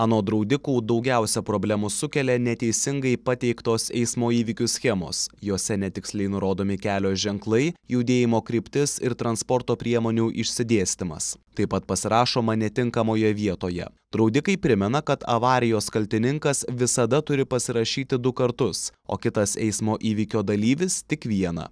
anot draudikų daugiausia problemų sukelia neteisingai pateiktos eismo įvykių schemos jose netiksliai nurodomi kelio ženklai judėjimo kryptis ir transporto priemonių išsidėstymas taip pat pasirašoma netinkamoje vietoje draudikai primena kad avarijos kaltininkas visada turi pasirašyti du kartus o kitas eismo įvykio dalyvis tik vieną